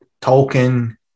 Tolkien